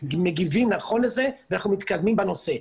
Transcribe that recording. מגיבים נכון לזה ואנחנו מתקדמים בנושא.